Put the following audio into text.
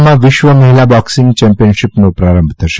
આજે રશિયામાં વિશ્વ મહિલા બોક્સિંગ ચેમ્પિયનશીપનો પ્રારંભ થશે